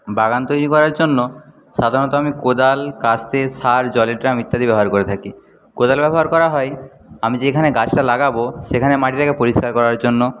বাগান তৈরি করার জন্য সাধারণত আমি কোদাল কাস্তে সার জলের ড্রাম ইত্যাদি ব্যবহার করে থাকি কোদাল ব্যবহার করা হয় আমি যেখানে গাছটা লাগাবো সেখানে মাটিটাকে পরিষ্কার করার জন্য